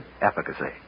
efficacy